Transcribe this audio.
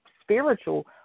spiritual